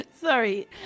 Sorry